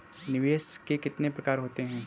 निवेश के कितने प्रकार होते हैं?